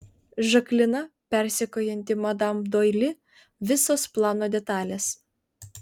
žaklina persekiojanti madam doili visos plano detalės